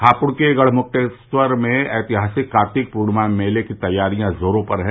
हापुढ़ के गढ़मुक्तेखर में ऐतिहासिक कार्तिक पूर्णमा के मेले की तैयारियां जोरो पर है